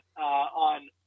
on